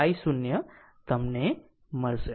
i0 મળશે